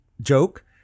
joke